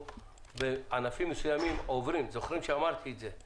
שבענפים מסוימים אנחנו עוברים לאימוץ